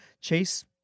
chase